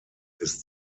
ist